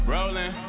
Rollin